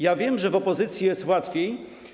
Ja wiem, że w opozycji jest łatwiej.